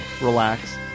relax